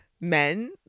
men